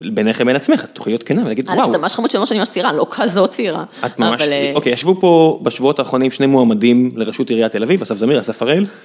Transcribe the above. בינך לבין עצמך, תוכלי להיות כנה ולהגיד, וואו. זה ממש חמוד שאתה אומר שאני ממש צעירה, לא כזאת צעירה. את ממש, אוקיי, ישבו פה בשבועות האחרונים שני מועמדים לראשות עיריית תל אביב, אסף זמיר, אסף הראל.